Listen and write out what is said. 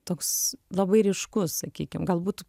toks labai ryškus sakykim galbūt